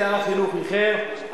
שר החינוך איחר,